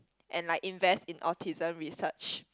and like invest in autism research